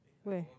where